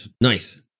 Nice